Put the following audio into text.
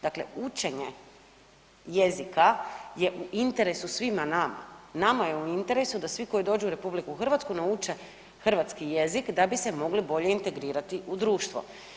Dakle, učenje jezika je u interesu svima nama, nama je u interesu da svi koji dođu u RH nauče hrvatski jezik da bi se mogli bolje integrirati u društvo.